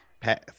path